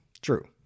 True